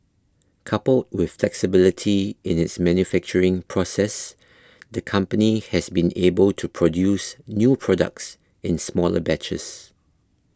coupled with flexibility in its manufacturing process the company has been able to produce new products in smaller batches